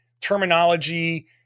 terminology